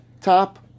top